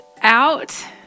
out